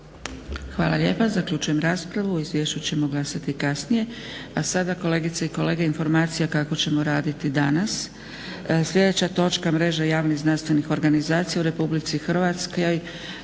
Hvala lijepa. Zaključujem raspravu. O Izvješću ćemo glasati kasnije. A sada kolegice i kolege informacija kako ćemo raditi danas. Sljedeća točka Mreža javnih znanstvenih organizacija u RH ćemo